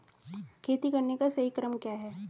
खेती करने का सही क्रम क्या है?